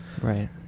Right